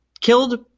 killed